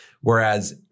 Whereas